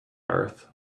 earth